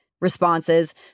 responses